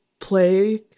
play